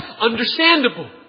understandable